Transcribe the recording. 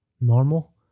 normal